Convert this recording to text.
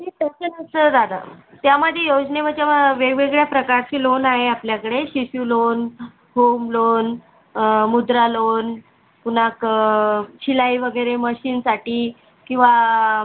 ती टोकन असेल दादा त्यामध्ये योजनेम वेगवेगळ्या प्रकारची लोन आहे आपल्याकडे Shishu loan home loan Mudra loan पुन्हा क शिलाई वगैरे मशीनसाठी किंवा